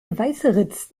weißeritz